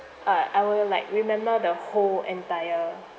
I I will like remember the whole entire